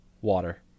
Water